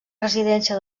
residència